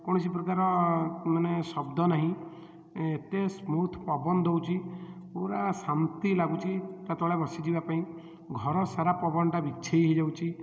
କୌଣସି ପ୍ରକାର ମାନେ ଶବ୍ଦ ନାହିଁ ଏତେ ସ୍ମୁଥ୍ ପବନ ଦେଉଛି ପୂରା ଶାନ୍ତି ଲାଗୁଛି ତା ତଳେ ବସିଯିବାପାଇଁ ଘରସାରା ପବନଟା ବିଛେଇ ହୋଇଯାଉଛି